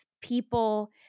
people